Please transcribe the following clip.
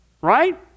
right